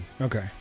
Okay